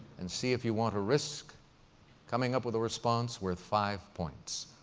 and see if you want to risk coming up with a response worth five points.